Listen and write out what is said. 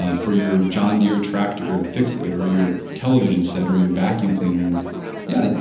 ah for your john deere tractor and fix it or your television set or your vacuum cleaner and yeah yeah